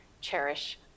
cherish